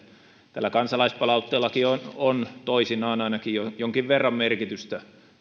kansalaispalautteellakin on toisinaan ainakin jonkin verran merkitystä